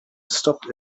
stopped